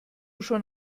schon